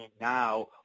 now